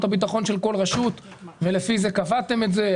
הביטחון של כל רשות ולפי זה קבעתם את זה.